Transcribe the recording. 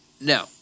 No